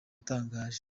yatangaje